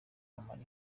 amara